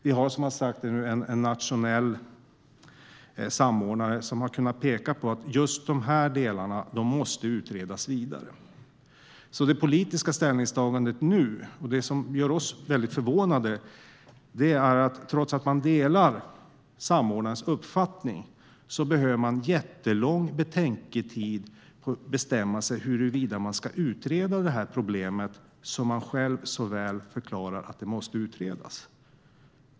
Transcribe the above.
Vi har som sagt en nationell samordnare som har kunnat peka på att just de här delarna måste utredas vidare. Det politiska ställningstagandet nu, och det som gör oss väldigt förvånade, är att man trots att man delar samordnarens uppfattning behöver jättelång betänketid för att bestämma sig för huruvida man ska utreda det här problemet - som man själv så väl förklarar måste utredas.